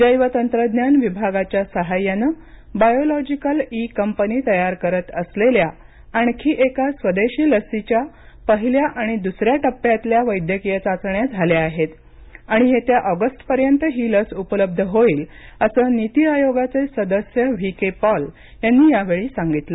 जैव तंत्रज्ञान विभागाच्या सहाय्यानं बायोलॉजीकल ई कंपनी तयार करत असलेल्या आणखी एका स्वदेशी लसीच्या पहिल्या आणि दुसऱ्या टप्प्यातल्या वैद्यकीय चाचण्या झाल्या आहेत आणि येत्या ऑगस्ट पर्यंत ही लस उपलब्ध होईल असं नीती आयोगाचे सदस्य व्ही के पॉल यांनी यावेळी सांगितलं